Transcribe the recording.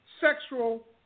sexual